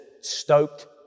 stoked